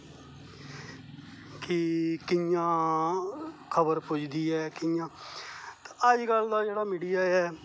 कि कियां ख़बर पुजदी ऐ कियां ते अजकल दा जेहड़ा मीडिया ऐ